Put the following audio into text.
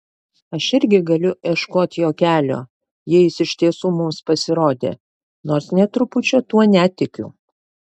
aš irgi galiu ieškot jo kelio jei jis iš tiesų mums pasirodė nors nė trupučio tuo netikiu